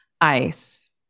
Ice